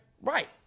Right